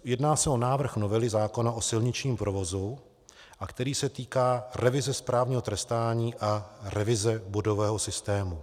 Jedná se o návrh novely zákona o silničním provozu, který se týká revize správního trestání a revize bodového systému.